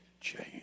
change